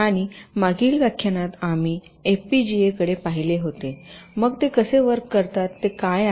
आणि मागील व्याख्यानात आम्ही एफपीजीए कडे पाहिले होते मग ते कसे वर्क करतात ते काय आहे